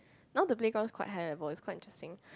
now the playgrounds quite high level it's quite interesting